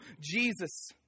Jesus